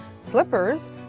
slippers